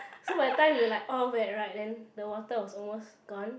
so when the time we're like all wet right then the water was almost gone